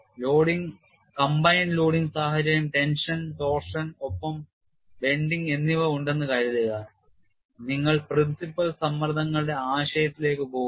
Combined loading സാഹചര്യം tension torsion ഒപ്പം bending എന്നിവ ഉണ്ടെന്നു കരുതുകനിങ്ങൾ principal സമ്മർദ്ദങ്ങളുടെ ആശയത്തിലേക്ക് പോകുന്നു